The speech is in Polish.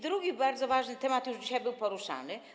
Drugi bardzo ważny temat już dzisiaj był poruszany.